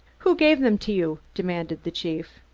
who gave them to you? demanded the chief.